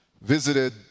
visited